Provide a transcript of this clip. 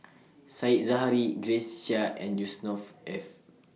Said Zahari Grace Chia and Yusnor Ef